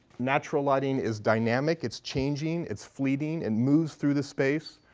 natural lighting is dynamic. it's changing. it's fleeting and moves through the space,